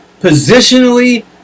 positionally